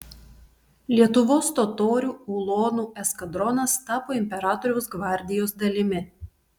lietuvos totorių ulonų eskadronas tapo imperatoriaus gvardijos dalimi